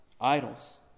idols